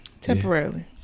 temporarily